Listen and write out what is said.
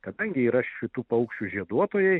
kadangi yra šitų paukščių žieduotojai